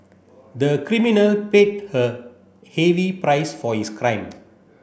the criminal paid a heavy price for his crime